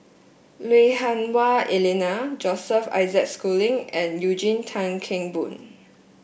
Lui Hah Wah Elena Joseph Isaac Schooling and Eugene Tan Kheng Boon